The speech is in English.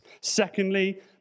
Secondly